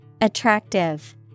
Attractive